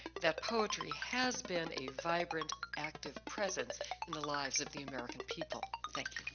that poetry has been a vibrant act of presence in the lives of the american people. thank